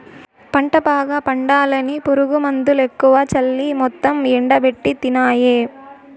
పంట బాగా పండాలని పురుగుమందులెక్కువ చల్లి మొత్తం ఎండబెట్టితినాయే